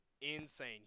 insane